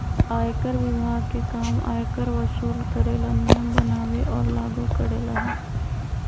आयकर विभाग के काम आयकर वसूल करे ला नियम बनावे और लागू करेला हई